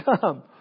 come